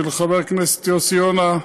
של חבר הכנסת יוסי יונה,